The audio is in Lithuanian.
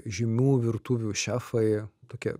žymių virtuvių šefai tokie